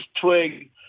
twig